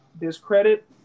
Discredit